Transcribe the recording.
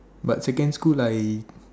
but second school like